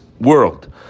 world